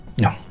No